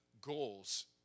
goals